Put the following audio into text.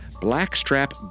blackstrap